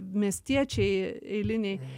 miestiečiai eiliniai